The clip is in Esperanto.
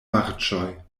marĉoj